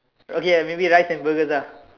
okay lah maybe rice and burgers lah